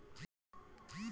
काकसिडियासित रोग का होखे?